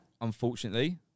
Unfortunately